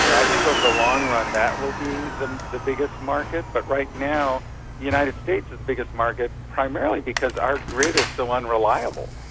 you know i think over the long run that will be the the biggest market, but right now the united states is the biggest market, primarily because our grid is so unreliable.